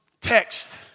text